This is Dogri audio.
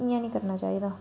इ'यां नी करना चाहिदा